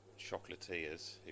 chocolatiers